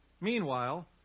Meanwhile